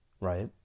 right